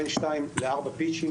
עם בין 2 4 פיצ'ים,